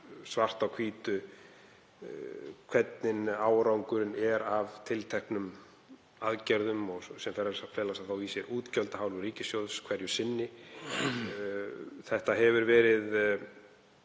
svart á hvítu hver árangurinn er af tilteknum aðgerðum sem fela í sér útgjöld af hálfu ríkissjóðs hverju sinni. Þetta hefur verið